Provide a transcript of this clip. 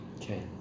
Okay